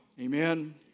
Amen